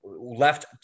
left